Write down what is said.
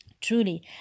Truly